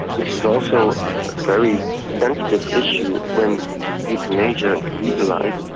which is also a very sensitive issue when euthanasia is legalised.